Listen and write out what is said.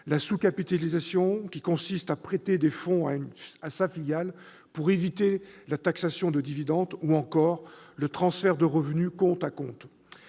la sous-capitalisation, qui consiste à prêter des fonds à sa filiale pour éviter la taxation de dividendes, ou encore le transfert de revenu compte à compte.